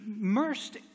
immersed